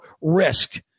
risk